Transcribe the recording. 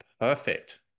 perfect